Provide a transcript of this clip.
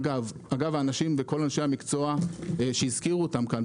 אגב כל אנשי המקצוע שהזכירו אותם כאן,